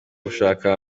gushaka